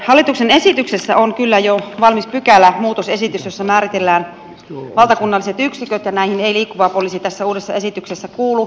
hallituksen esityksessä on kyllä jo valmis pykälämuutosesitys jossa määritellään valtakunnalliset yksiköt ja näihin ei liikkuva poliisi tässä uudessa esityksessä kuulu